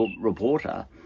reporter